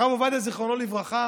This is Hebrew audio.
הרב עובדיה, זיכרונו לברכה,